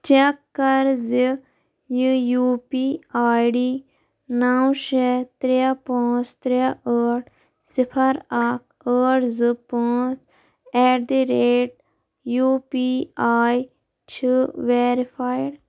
check کَر زِ یہِ یوٗ پی آی ڈِی نو شےٚ ترٛےٚ پانٛژھ ترٚےٚ ٲٹھ صِفر اکھ ٲٹھ زٕ پانٛژھ ایٹ دِ ریٹ یوٗ پی آی چھِ ویرفایِڈ